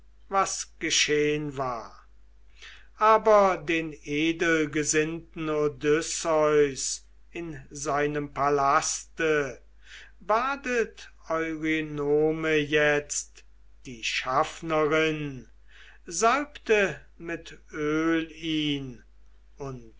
was geschehn war aber den edelgesinnten odysseus in seinem palaste badet eurynome jetzt die schaffnerin salbte mit öl ihn und